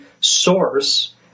source